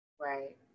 Right